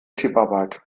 tipparbeit